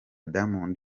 diamond